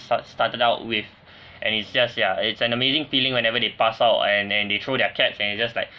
star~ started out with and it's just yeah it's an amazing feeling whenever they pass out and then they throw their caps and it's just like